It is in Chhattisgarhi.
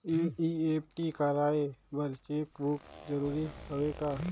एन.ई.एफ.टी कराय बर चेक बुक जरूरी हवय का?